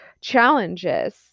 challenges